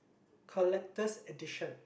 collectors' edition